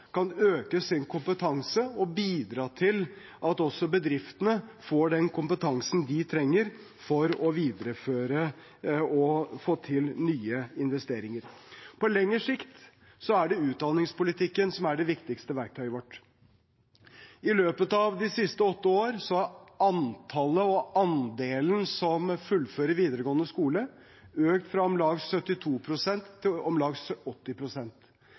kan øke sin kompetanse og bidra til at også bedriftene får den kompetansen de trenger for å videreføre og få til nye investeringer. På lengre sikt er det utdanningspolitikken som er det viktigste verktøyet vårt. I løpet av de siste åtte år har antallet og andelen som fullfører videregående skole, økt fra om lag 72 pst. til om lag